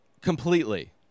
Completely